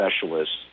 specialists